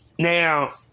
Now